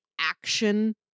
action